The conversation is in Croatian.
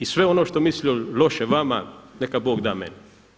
I sve ono što mislio loše vama, neka Bog da meni.